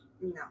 no